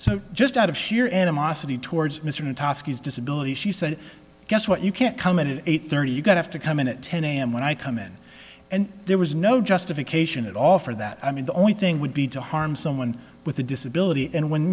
so just out of sheer animosity towards mr natonski is disability she said guess what you can't come in an eight thirty you've got have to come in at ten am when i come in and there was no justification at all for that i mean the only thing would be to harm someone with a disability and when